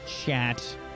chat